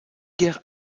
guerre